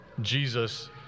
Jesus